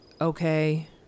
Okay